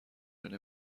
جوره